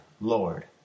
Lord